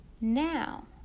Now